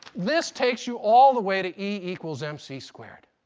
this takes you all the way to e equals m c squared.